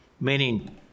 meaning